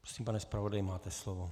Prosím, pane zpravodaji, máte slovo.